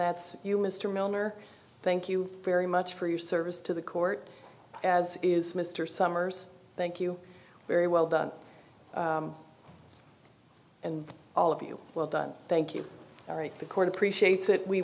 that's you mr milner thank you very much for your service to the court as is mr somers thank you very well done and all of you well done thank you all right the court appreciates it we